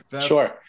Sure